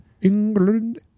England